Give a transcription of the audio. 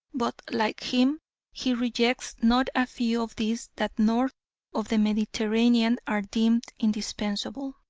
but like him he rejects not a few of these that north of the mediterranean are deemed indispensable.